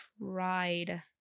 tried